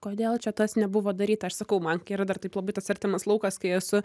kodėl čia tas nebuvo daryta aš sakau man kai yra dar taip labai tas artimas laukas kai esu